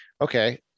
Okay